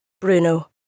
Bruno